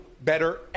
better